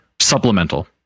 supplemental